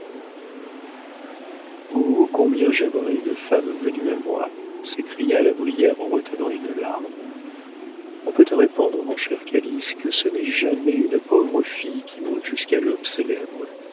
oh combien j'aimerais une femme venue à moi s'écria la brière en retenant une larme on peut te répondre mon cher canalis que ce n'est jamais une pauvre fille qui monte jusqu'à l'homme